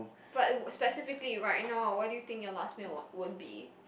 but specifically right now what do you think your last meal will would be